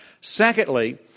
Secondly